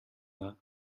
dda